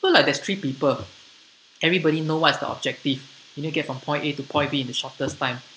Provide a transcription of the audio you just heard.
so like there's three people everybody know what's the objective you know get from point A to point B in the shortest time